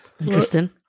Interesting